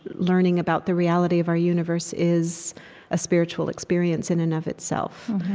learning about the reality of our universe is a spiritual experience, in and of itself.